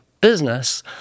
business